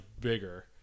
bigger